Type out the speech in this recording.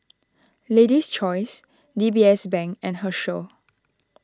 Lady's Choice D B S Bank and Herschel